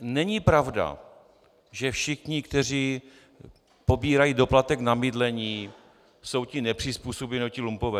Není pravda, že všichni, kteří pobírají doplatek na bydlení, jsou ti nepřizpůsobiví nebo ti lumpové.